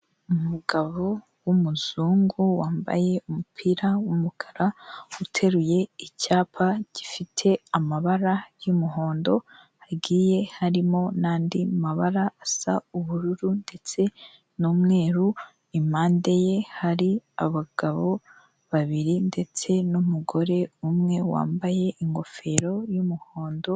Umugabo w'umuzungu wambaye umupira w'umukara uteruye icyapa gifite amabara y'umuhondo hagiye harimo n'andi mabara asa ubururu ndetse n'umweru, impande ye hari abagabo babiri ndetse n'umugore umwe wambaye ingofero y'umuhondo.